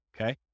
Okay